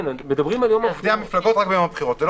עובדי המפלגות רק ביום הבחירות.